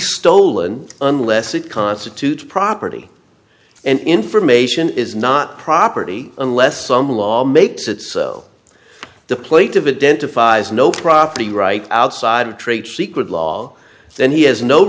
stolen unless it constitutes property and information is not property unless some law makes it so the plate divident to fires no property right outside of trade secret law then he has no